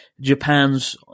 Japan's